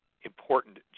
important